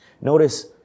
Notice